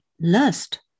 lust